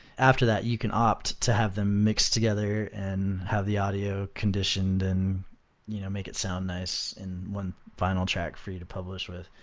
after that, you can opt to have them mix together and have the audio conditioned and you know make it sound nice in one final track for you to publish with.